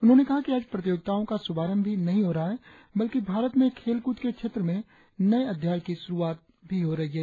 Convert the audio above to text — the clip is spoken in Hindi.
उन्होंने कहा कि आज प्रतियोगिताओं का शुभारंभ ही नहीं हो रहा है बल्कि भारत में खेल कूद के क्षेत्र में नये अध्याय की शुरुआत भी हो रही है